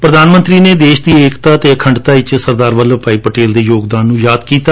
ਪ੍ਰਧਾਨ ਮੰਤਰੀ ਨੇ ਦੇਸ਼ ਦੀ ਏਕਤਾ ਅਖੰਡਤਾ ਵਿਚ ਸਰਦਾਰ ਵੱਲਭ ਭਾਈ ਪਟੇਲ ਦੇ ਯੌਗਦਾਨ ਨੂੰ ਯਾਦ ਕੀਤਾ